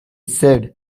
said